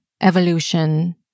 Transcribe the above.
evolution